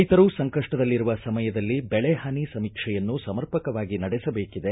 ರೈತರು ಸಂಕಷ್ಟದಲ್ಲಿರುವ ಸಮಯದಲ್ಲಿ ಬೆಳೆ ಹಾನಿ ಸಮೀಕ್ಷೆಯನ್ನು ಸಮರ್ಪಕವಾಗಿ ನಡೆಸಬೇಕಿದೆ